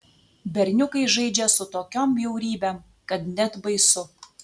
berniukai žaidžia su tokiom bjaurybėm kad net baisu